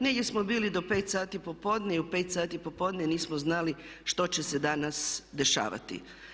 Negdje smo bili do 5 sati popodne i u 5 sati popodne nismo znali što će se danas dešavati.